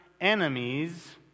enemies